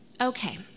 Okay